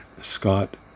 Scott